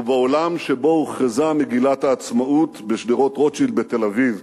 ובאולם שבו הוכרזה מגילת העצמאות בשדרות-רוטשילד בתל-אביב.